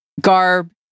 garb